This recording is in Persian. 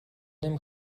نمی